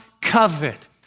covet